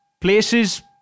places